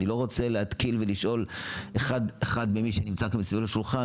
אני לא רוצה להתקיל ולשאול אחד ממי שנמצא כאן מסבב לשולחן,